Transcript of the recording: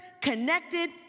connected